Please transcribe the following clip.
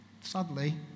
Sadly